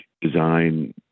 design